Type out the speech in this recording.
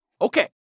Okay